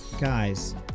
guys